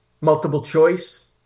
multiple-choice